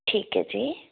ਠੀਕ ਹੈ ਜੀ